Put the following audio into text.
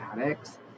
addicts